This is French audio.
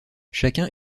chacun